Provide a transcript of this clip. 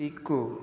Piku